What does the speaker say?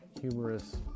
humorous